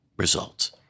results